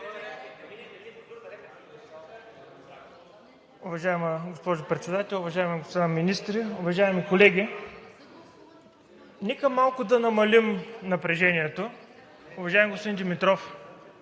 Уважаема госпожо Председател, уважаеми господа министри, уважаеми колеги! Нека малко да намалим напрежението. Уважаеми господин Димитров,